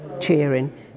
cheering